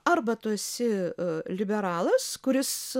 arba tu esi liberalas kuris